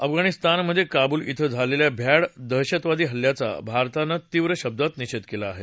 अफगाणिस्तानमध्ये काबूल श्व झालेल्या भ्याड दहशतवादी हल्ल्याचा भारतानं तीव्र शब्दात निषेध केला आहे